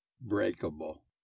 breakable